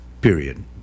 period